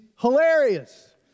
hilarious